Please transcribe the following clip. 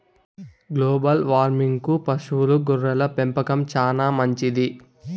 global వార్మింగ్కు పశువుల గొర్రెల పెంపకం చానా మంచిది